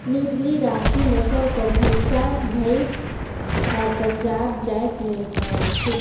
नीली राकी नसल कर भंइसा भंइस हर पंजाब राएज में पवाथे